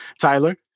Tyler